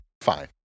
fine